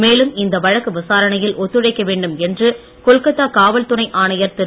மேலும் இந்த வழக்கு விசாரணையில் ஒத்துழைக்க வேண்டும் என்று கொல்கத்தா காவல் துணை ஆணையாளர் திரு